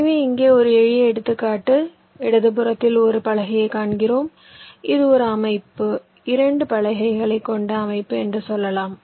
எனவே இங்கே ஒரு எளிய எடுத்துக்காட்டு இடதுபுறத்தில் ஒரு பலகையைக் காண்கிறோம் இது ஒரு அமைப்பு 2 பலகைகளைக் கொண்ட அமைப்பு என்று சொல்லலாம்